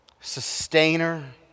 sustainer